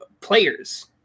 players